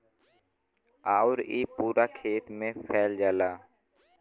आउर इ पूरा खेत मे फैल जाला